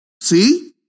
See